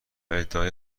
ادعای